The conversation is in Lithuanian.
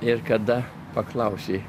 ir kada paklausei